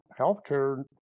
healthcare